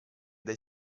dai